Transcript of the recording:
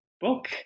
book